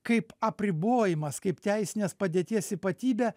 kaip apribojimas kaip teisinės padėties ypatybė